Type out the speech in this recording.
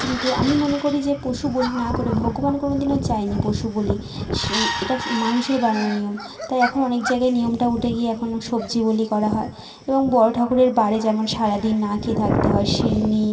কিন্তু আমি মনে করি যে পশু বলি না করে ভগবানও কোনও দিনও চায়নি পশু বলি স এটা মানুষের বানানো নিয়ম তাই এখন অনেক জায়গায় নিয়মটা উঠে গিয়ে এখন সবজি বলি করা হয় এবং বড় ঠাকুরের বারে যেমন সারাদিন না খেয়ে থাকতে হয় সিন্নি